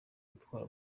gutwara